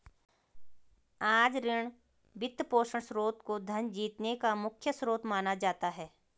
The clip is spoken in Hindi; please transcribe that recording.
आज ऋण, वित्तपोषण स्रोत को धन जीतने का मुख्य स्रोत माना जाता है